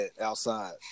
outside